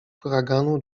huraganu